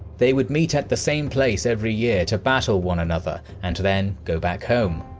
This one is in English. they would meet at the same place every year to battle one another and then go back home.